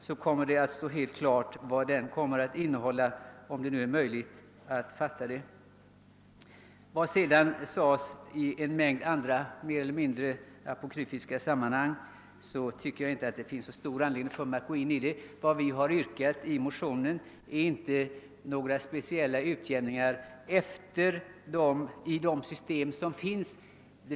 De mer eller mindre apokryfiska uttalanden herr Åkerlind vidare gjorde i olika sammanhang tycker jag inte att jag har så stor anledning att gå in på. Vi har inte i motionerna yrkat på några konkreta utjämnande åtgärder i nu existerande ATP-system.